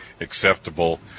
acceptable